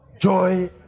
Joy